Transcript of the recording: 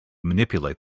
manipulate